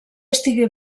estigué